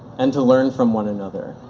and to learn from one another.